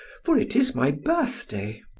for it is my birthday.